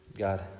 God